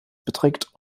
beträgt